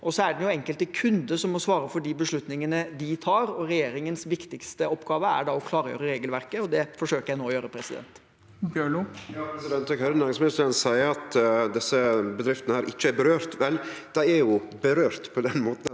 Så er det jo de enkelte kundene som må svare for de beslutningene de tar. Regjeringens viktigste oppgave er å klargjøre regelverket, og det forsøker jeg nå å gjøre. Mort en